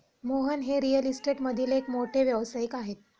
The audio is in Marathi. मोहन हे रिअल इस्टेटमधील एक मोठे व्यावसायिक आहेत